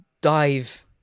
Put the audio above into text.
dive